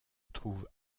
trouve